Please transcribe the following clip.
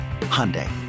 Hyundai